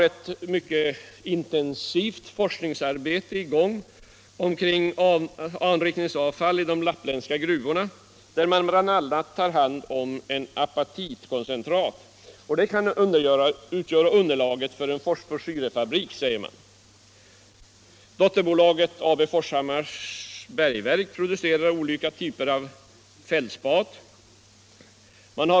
Ett mycket intensivt forskningsarbete pågår kring problemet att ur anrikningsavfall i de lappländska gruvorna framställa bl.a. ett apatitkoncentrat. Detta kan utgöra underlag för en fosforsyrefabrik, säger man. Dotterbolaget AB Forshammars Bergverk producerar olika typer av fältspat.